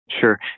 Sure